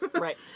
right